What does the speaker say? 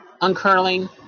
uncurling